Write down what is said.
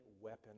weapon